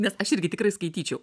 nes aš irgi tikrai skaityčiau